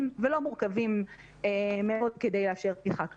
ולא מורכבים מאוד כדי לאשר פתיחה כזאת.